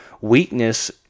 weakness